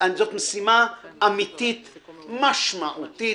זאת משימה אמיתית משמעותית.